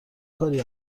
کاری